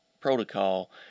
protocol